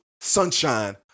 Sunshine